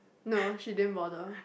no she didn't bother